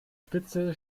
spitze